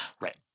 Right